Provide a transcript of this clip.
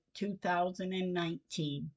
2019